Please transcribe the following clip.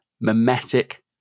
mimetic